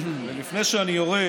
ולפני שאני יורד